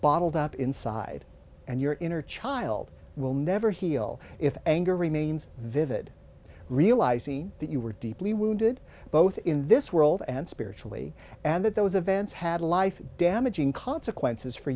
bottled up inside and your inner child will never heal if anger remains vivid realizing that you were deeply wounded both in this world and spiritually and that those events had a life damaging consequences for